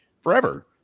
forever